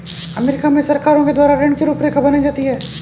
अमरीका में सरकारों के द्वारा ऋण की रूपरेखा बनाई जाती है